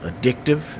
addictive